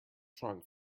trunk